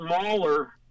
smaller